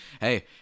hey